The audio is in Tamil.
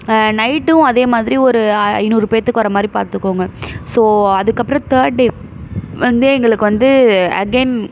நைட்டும் அதே மாதிரி ஒரு ஐநூறு பேர்த்துக்கு வர மாதிரி பார்த்துக்கோங்க ஸோ அதுக்கப்றம் தேர்ட் டே வந்து எங்களுக்கு வந்து அகெய்ன்